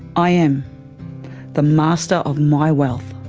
i am the master of my wealth.